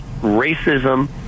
racism